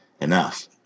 enough